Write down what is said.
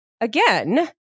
again